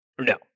No